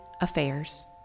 affairs